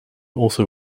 also